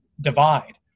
divide